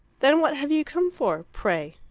then what have you come for, pray?